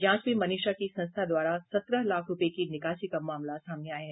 जांच में मनीषा की संस्था द्वारा सत्रह लाख रूपये की निकासी का मामला सामने आया है